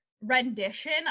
rendition